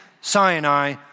Sinai